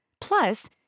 Plus